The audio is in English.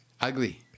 Ugly